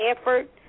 effort